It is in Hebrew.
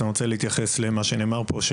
אני רוצה להתייחס למה שנאמר פה,